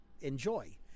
Enjoy